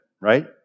right